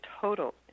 total